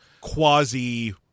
quasi